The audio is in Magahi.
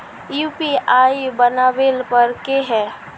यु.पी.आई बनावेल पर है की?